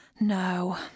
No